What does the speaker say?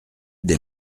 des